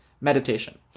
meditation